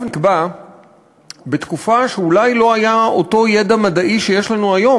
נקבע בתקופה שאולי לא היה אותו ידע מדעי שיש לנו היום